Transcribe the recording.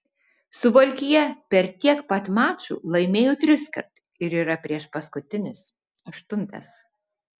suvalkija per tiek pat mačų laimėjo triskart ir yra priešpaskutinis aštuntas